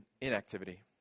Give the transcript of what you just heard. Inactivity